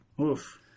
Oof